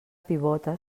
pivota